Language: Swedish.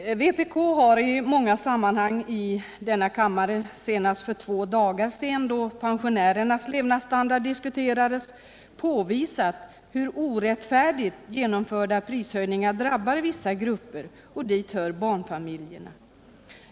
Vpk har i många sammanhang i denna kammare, senast för två dagar sedan då pensionärernas levnadsstandard diskuterades, påvisat hur orättfärdigt genomförda prishöjningar drabbar vissa grupper, och dit hör barnfamiljerna.